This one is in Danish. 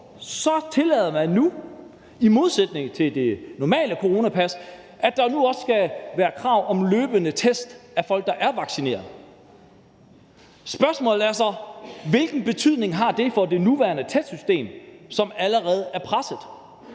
tillader man, at der nu – i modsætning til for det normale coronapas – også skal være krav om løbende test af folk, der er vaccineret. Spørgsmålet er så, hvilken betydning det har for det nuværende testsystem, som allerede er presset,